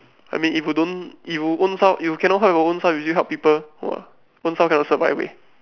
I mean if you don't if you ownself if you cannot help your ownself you still help people !wow! ownself cannot survive already